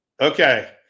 Okay